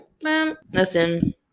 Listen